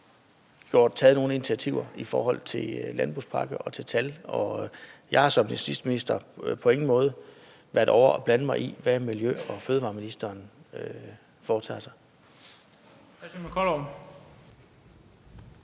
taget nogen initiativer i forhold til landbrugspakken eller i forhold til tal. Og jeg har som justitsminister på ingen måde været ovre at blande mig i, hvad miljø- og fødevareministeren foretager sig.